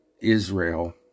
Israel